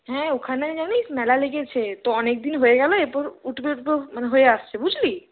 হ্যাঁ ওখানে জানিস মেলা লেগেছে তো অনেক দিন হয়ে গেলো তো এরপর উঠবে উঠবে হয়ে আসছে বুঝলি